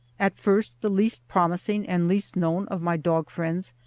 at first the least promising and least known of my dog-friends,